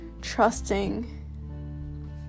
trusting